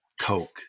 Coke